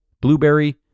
blueberry